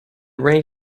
rank